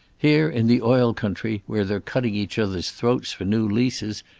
here in the oil country, where they're cutting each other's throats for new leases,